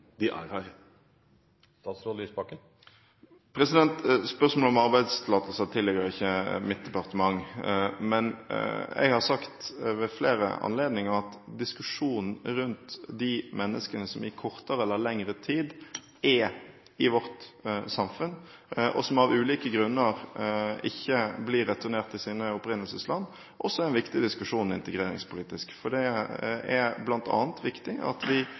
de er her? Spørsmålet om arbeidstillatelse tilligger ikke mitt departement, men jeg har sagt ved flere anledninger at diskusjonen rundt de menneskene som i kortere eller lengre tid er i vårt samfunn, og som av ulike grunner ikke blir returnert til sine opprinnelsesland, også er en viktig diskusjon integreringspolitisk. Det er bl.a. viktig at vi